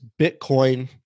Bitcoin